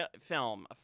film